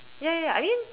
ya ya ya I mean